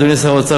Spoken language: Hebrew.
אדוני שר האוצר,